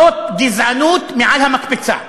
זאת גזענות מעל המקפצה.